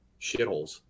shitholes